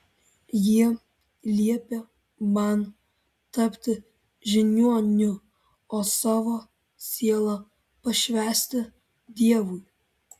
jie liepė man tapti žiniuoniu o savo sielą pašvęsti dievui